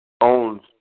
owns